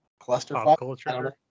clusterfuck